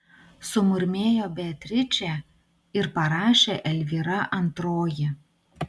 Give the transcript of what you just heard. sumurmėjo beatričė ir parašė elvyra antroji